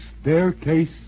Staircase